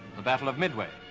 the battle of midway,